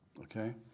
Okay